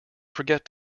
forget